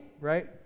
right